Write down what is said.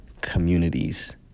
communities